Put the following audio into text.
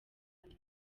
nyuma